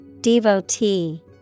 Devotee